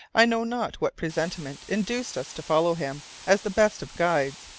i know not what presentiment induced us to follow him as the best of guides,